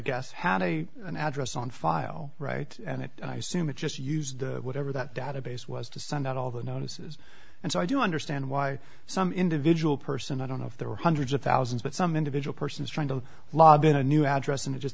guess had a an address on file right and i assume it just used whatever that database was to send out all the notices and so i do understand why some individual person i don't know if there were hundreds of thousands but some individual person is trying to lob in a new address and it just